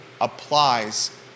applies